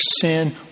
sin